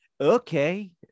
okay